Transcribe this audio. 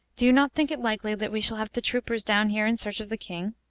do you not think it likely that we shall have the troopers down here in search of the king?